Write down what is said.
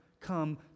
come